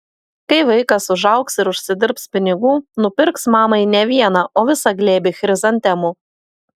kai vaikas užaugs ir užsidirbs pinigų nupirks mamai ne vieną o visą glėbį chrizantemų